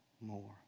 more